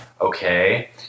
Okay